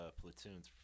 platoons